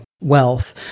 wealth